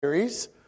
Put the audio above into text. series